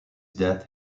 death